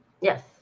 Yes